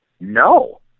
no